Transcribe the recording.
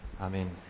Amen